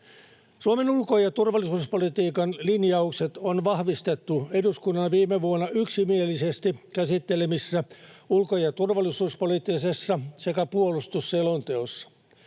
Suomen ulko- ja turvallisuuspolitiikan linjaukset on vahvistettu eduskunnan viime vuonna yksimielisesti käsittelemissä ulko- ja turvallisuuspoliittisessa selonteossa sekä puolustusselonteossa.